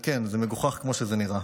כן, זה מגוחך כמו שזה נראה.